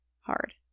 Hard